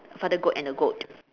father goat and a goat